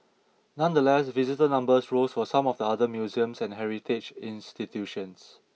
nonetheless visitor numbers rose for some of the other museums and heritage institutions